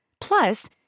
Plus